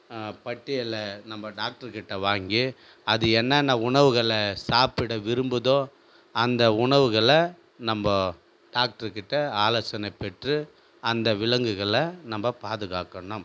பட்டியலை நம்ம டாக்டர்கிட்ட வாங்கி அது என்னென்ன உணவுகளை சாப்பிட விரும்புதோ அந்த உணவுகளை நம்ம டாக்டர்கிட்ட ஆலோசனைப் பெற்று அந்த விலங்குகளை நம்ம பாதுகாக்கணும்